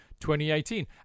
2018